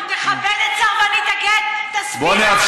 תכבד אותנו ותיתן את התשובה.